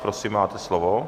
Prosím, máte slovo.